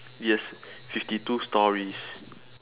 yes fifty two stories